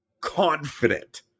confident